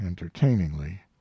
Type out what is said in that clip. entertainingly